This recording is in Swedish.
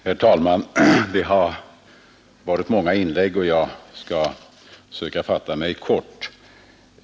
Herr talman! Det har gjorts många inlägg, och jag skall försöka fatta mig kort.